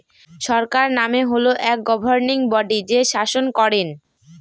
সরকার মানে হল এক গভর্নিং বডি যে শাসন করেন